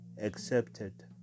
accepted